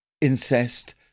incest